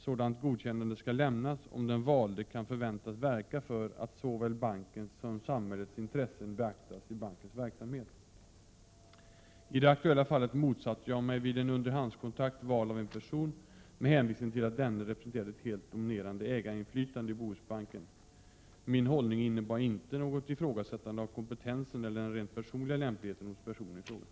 Sådant godkännande skall lämnas om den valde kan förväntas verka för att såväl bankens som samhällets intressen beaktas i bankens verksamhet. I det aktuella fallet motsatte jag mig vid en underhandskontakt val av en person med hänvisning till att denne representerade ett helt dominerande ägarinflytande i Bohusbanken. Min hållning innebar inte något ifrågasättande av kompetensen eller den rent personliga lämpligheten hos personen i fråga.